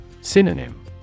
synonym